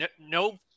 no –